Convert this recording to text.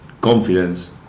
confidence